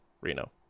Reno